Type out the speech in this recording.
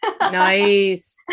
Nice